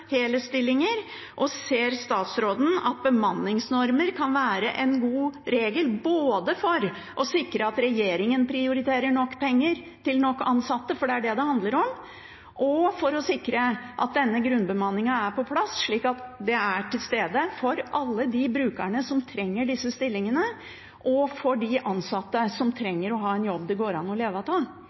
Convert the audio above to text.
hele stillinger? Og ser statsråden at bemanningsnormer kan være en god regel både for å sikre at regjeringen prioriterer nok penger til nok ansatte – for det er det det handler om – og for å sikre at denne grunnbemanningen er på plass, slik at den er til stede for alle de brukerne som trenger disse stillingene, og for de ansatte som trenger å ha en jobb det går an å leve av?